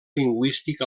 lingüístic